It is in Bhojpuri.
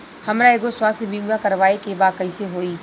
हमरा एगो स्वास्थ्य बीमा करवाए के बा कइसे होई?